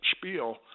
spiel